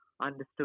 understood